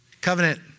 Covenant